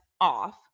off